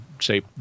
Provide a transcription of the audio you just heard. say